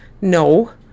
no